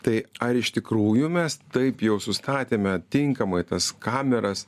tai ar iš tikrųjų mes taip jau sustatėme tinkamai tas kameras